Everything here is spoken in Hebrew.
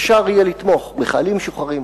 אפשר יהיה לתמוך בחיילים משוחררים,